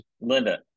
Linda